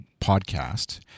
podcast